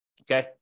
Okay